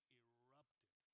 erupted